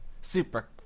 Super